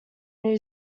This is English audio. new